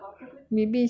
mm